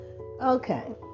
Okay